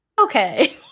okay